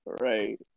Right